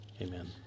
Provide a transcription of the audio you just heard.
Amen